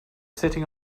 sitting